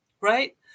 right